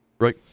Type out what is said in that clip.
Right